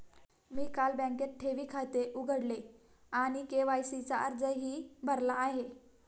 मी काल बँकेत ठेवी खाते उघडले आणि के.वाय.सी चा अर्जही भरला आहे